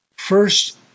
First